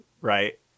right